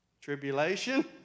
Tribulation